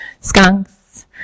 skunks